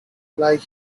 like